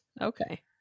Okay